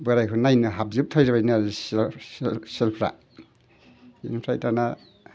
बोरायखौ नायनो हाबजोबथारबायनो आरो सियाल सियालफ्रा बिनिफ्राय दाना